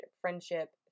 friendship